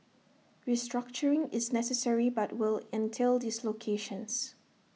restructuring is necessary but will entail dislocations